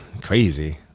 crazy